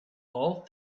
all